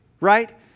right